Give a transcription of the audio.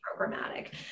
programmatic